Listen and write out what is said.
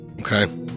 Okay